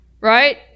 Right